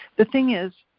the thing is,